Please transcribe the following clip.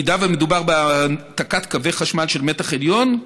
אם מדובר בהעתקת קווי חשמל של מתח עליון,